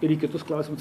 ir į kitus klausimus